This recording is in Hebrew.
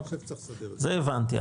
את זה הבנתי.